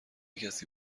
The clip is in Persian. کسی